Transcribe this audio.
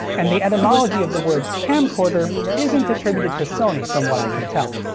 and the etymology of the word camcorder isn't attributed to sony from what i can tell,